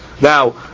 Now